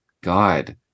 god